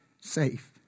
safe